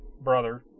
Brother